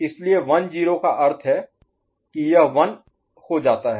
इसलिए 1 0 का अर्थ है कि यह 1 हो जाता है